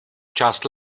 část